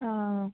ആ